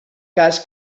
cas